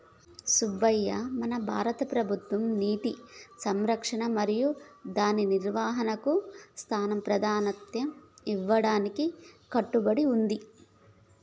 సుబ్బయ్య మన భారత ప్రభుత్వం నీటి సంరక్షణ మరియు దాని నిర్వాహనకు సానా ప్రదాన్యత ఇయ్యడానికి కట్టబడి ఉంది